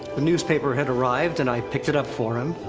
the newspaper had arrived and i picked it up for him.